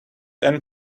and